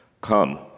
Come